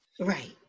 Right